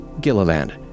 Gilliland